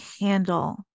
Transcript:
handle